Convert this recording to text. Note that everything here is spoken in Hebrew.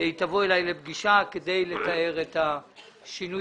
שהיא תבוא אלי לפגישה כדי לתאר את השינוי